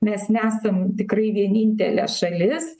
mes nesam tikrai vienintelė šalis